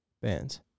Bands